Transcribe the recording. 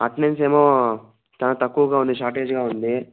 attendance ఏమో చాల తక్కువగా షార్టేజ్గా ఉంది